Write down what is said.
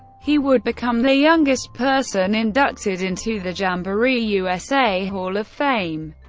he would become the youngest person inducted into the jamboree usa hall of fame.